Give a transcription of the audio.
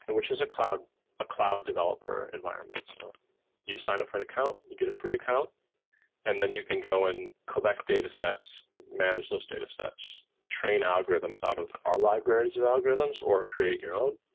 but which is a cloud a cloud developer environment. so you sign up for an account, you get a free account and then you can go and collect datasets, manage those datasets, train algorithms out of our libraries of algorithms or create your own